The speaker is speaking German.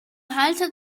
halter